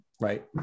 right